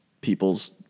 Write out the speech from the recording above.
people's